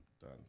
Done